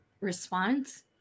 response